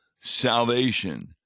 salvation